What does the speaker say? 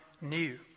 new